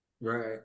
Right